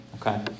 okay